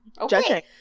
Okay